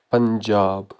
Punjab